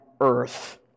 earth